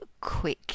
quick